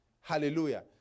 hallelujah